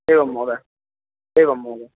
एवं महोदय एवं महोदय